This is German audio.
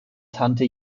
tante